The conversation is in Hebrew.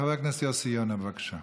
חבר הכנסת יוסי יונה, בבקשה,